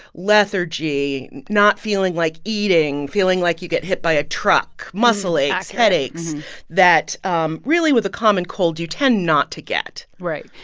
lethargy, not feeling like eating, feeling like you get hit by a truck, muscle aches, headaches that um really with a common cold you tend not to get right.